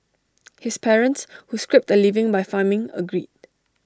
his parents who scraped A living by farming agreed